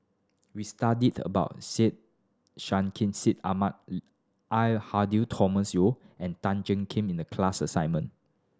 we studied about Syed Sheikh Syed Ahmad Al Hadi Thomas Yeo and Tan Jiak Kim in the class assignment